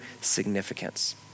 significance